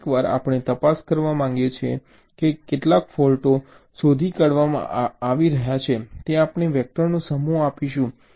કેટલીકવાર આપણે તપાસ કરવા માંગીએ છીએ કે કેટલા ફૉલ્ટો શોધી કાઢવામાં આવી રહ્યા છે તે આપણે વેક્ટરનો સમૂહ આપીશું